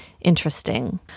interesting